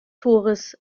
tores